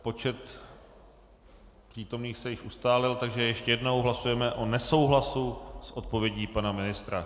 Počet přítomných se již ustálil, takže ještě jednou hlasujeme o nesouhlasu s odpovědí pana ministra.